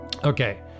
Okay